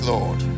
Lord